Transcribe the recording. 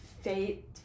fate